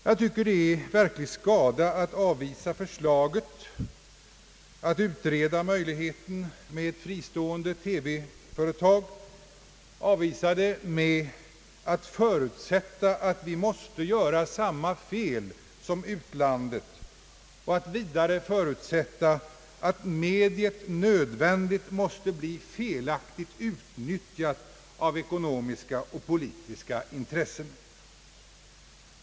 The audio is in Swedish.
Jag tycker att det är verklig skada att avvisa förslaget att utreda möjligheten med fristående TV-företag med den motiveringen, att man förutsätter att vi måste göra samma fel som man gjort utomlands och vidare att mediet nödvändigt måste bli felaktigt utnyttjat av ekonomiska och politiska intressen.